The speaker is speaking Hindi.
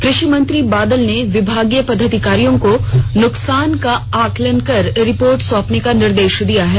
कृषि मंत्री बादल ने विभागीय पदाधिकारियों को नुकसान का आकलन कर रिपोर्ट सौंपने का निर्देश दिया है